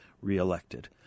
reelected